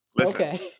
Okay